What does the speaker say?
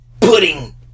pudding